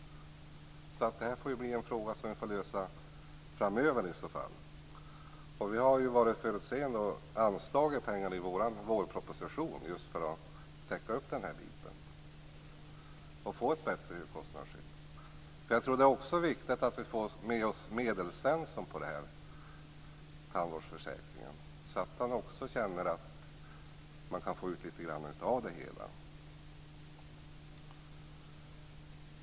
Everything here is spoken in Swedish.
Det här är en fråga som vi får lösa framöver. Vi har varit förutseende och anslagit pengar i vårpropositionen, just för att täcka upp den här biten och få ett bättre högkostnadsskydd. Det är också viktigt att vi får med oss Medelsvensson på tandvårdsförsäkringen, så att han också känner att han får ut litet av det hela.